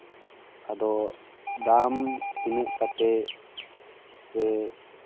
ᱟᱫᱚ ᱫᱟᱢ ᱛᱤᱱᱟᱹᱜ ᱠᱟᱛᱮ ᱥᱮ